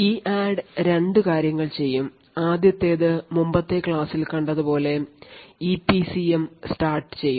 EADD രണ്ടു കാര്യങ്ങൾ ചെയ്യും ആദ്യത്തേത് മുമ്പത്തെ ക്ലാസ്സിൽ കണ്ടതുപോലെ EPCM start ചെയ്യും